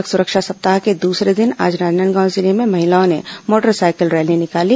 सड़क सुरक्षा सप्ताह के दूसरे दिन आज राजनांदगांव जिले में महिलाओं ने मोटरसाइकिल रैली निकाली